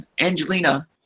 Angelina